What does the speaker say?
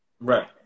Right